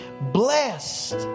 Blessed